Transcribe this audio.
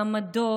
מעמדות,